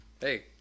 Hey